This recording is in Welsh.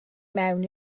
mewn